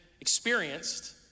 experienced